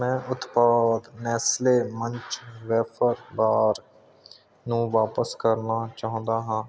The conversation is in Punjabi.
ਮੈਂ ਉਤਪਾਦ ਨੈਸਲੇ ਮੰਚ ਵੈਫਰ ਬਾਰ ਨੂੰ ਵਾਪਸ ਕਰਨਾ ਚਾਹੁੰਦਾ ਹਾਂ